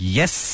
yes।